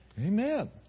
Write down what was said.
Amen